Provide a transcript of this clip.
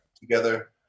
together